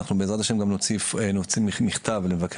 אנחנו בעזרת השם גם נוציא מכתב למבקר